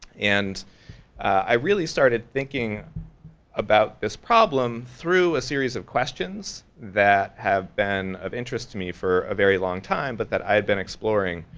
and i really started thinking about this problem through a series of questions that have been of interest to me for a very long time but that i had been exploring,